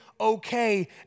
okay